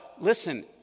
listen